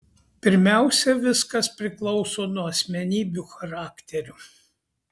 pirmiausia viskas priklauso nuo asmenybių charakterių